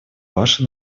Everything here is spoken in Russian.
ваши